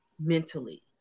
mentally